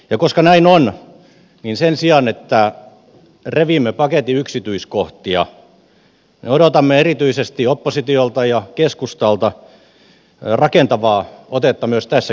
ja koska näin on niin sen sijaan että revimme paketin yksityiskohtia odotamme erityisesti oppositiolta ja keskustalta rakentavaa otetta myös tässä kysymyksessä